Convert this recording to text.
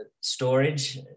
storage